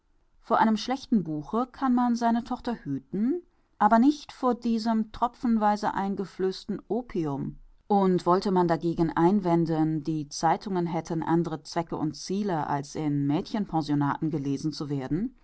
vor einem schlechten buche kann man seine tochter hüten aber nicht vor diesem tropfenweise eingeflößten opium und wollte man dagegen einwenden die zeitungen hätten andre zwecke und ziele als in mädchenpensionaten gelesen zu werden